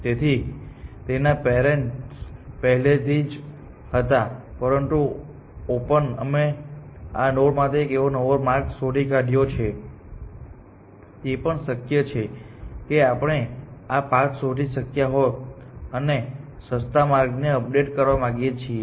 તેથી તેના પેરેન્ટ્સ પહેલેથી જ હતા પરંતુ ઓપનમાં અમે આ નોડ માટે એક નવો માર્ગ શોધી કાઢ્યો છે તે પણ શક્ય છે કે આપણે આ પાથ શોધી શક્યા હોત અને તે સસ્તા માર્ગને અપડેટ કરવા માંગીએ છીએ